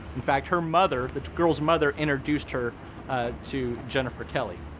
in fact her mother, the girl's mother, introduced her to jennifer kelly.